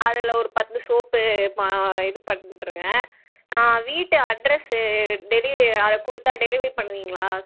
அதில் ஒரு பத்து சோப்பு மா இது பண்ணிருங்க நான் வீட்டு அட்ரஸ்ஸு டெலி அதை கொடுத்தா டெலிவரி பண்ணுவீங்களா